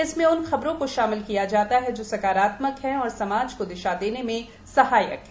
इसमें उन खबरों को शामिल किया जाता है जो सकारात्मक हैं और समाज को दिशा देने में सहायक हैं